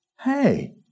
hey